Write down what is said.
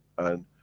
and,